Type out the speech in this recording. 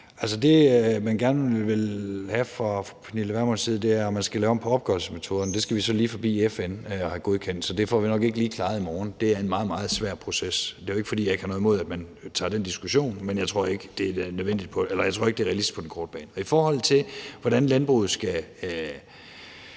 det, man gerne vil have fra Pernille Vermunds side, er, at man skal lave om på opgørelsesmetoden; det skal vi så lige forbi FN og have godkendt, så det får vi nok ikke lige klaret i morgen. Det er en meget, meget svær proces. Det er jo ikke, fordi jeg har noget imod, at man tager den diskussion, men jeg tror ikke, det er realistisk på den korte bane. I forhold til hvordan landbruget skal